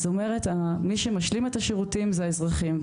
אז אני אומרת מי שמשלים את השירותים זה האזרחים,